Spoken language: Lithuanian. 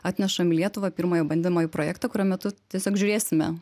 atnešam į lietuvą pirmojo bandymojį projektą kurio metu tiesiog žiūrėsime